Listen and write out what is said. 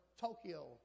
Tokyo